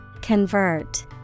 Convert